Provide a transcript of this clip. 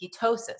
ketosis